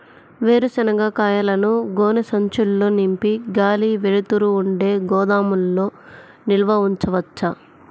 వేరుశనగ కాయలను గోనె సంచుల్లో నింపి గాలి, వెలుతురు ఉండే గోదాముల్లో నిల్వ ఉంచవచ్చా?